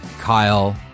Kyle